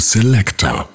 Selector